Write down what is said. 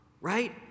right